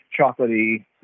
chocolatey